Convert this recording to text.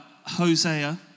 Hosea